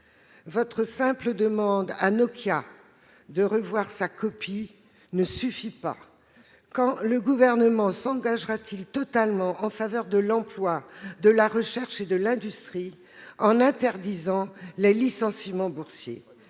La simple demande à Nokia de revoir sa copie ne suffit pas ! Quand le Gouvernement s'engagera-t-il totalement en faveur de l'emploi, de la recherche et de l'industrie en interdisant les licenciements boursiers ?